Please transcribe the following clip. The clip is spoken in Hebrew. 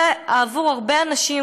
עבור הרבה אנשים,